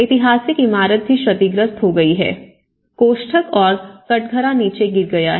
ऐतिहासिक इमारत भी क्षतिग्रस्त हो गई है कोष्ठक और कटघरा नीचे गिर गया है